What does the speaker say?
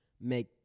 make